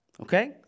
Okay